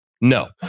No